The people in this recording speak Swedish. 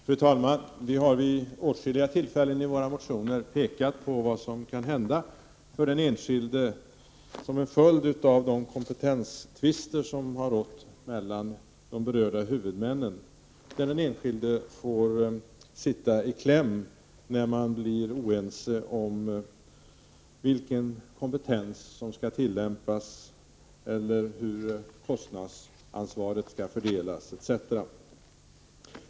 Fru talman! Vi har vid åtskilliga tillfällen i våra motioner pekat på vad som kan hända den enskilde till följd av de kompetenstvister som har förekommit mellan de berörda huvudmännen, där den enskilde kommer i kläm på grund av att dessa blir oense om vilken kompetens som skall tillämpas, hur kostnadsansvaret skall fördelas etc.